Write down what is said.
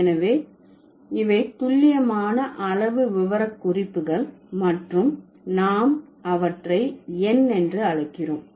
எனவே இவை துல்லியமான அளவு விவரக்குறிப்புகள் மற்றும் நாம் அவற்றை எண் என்று அழைக்கிறோம்